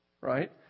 right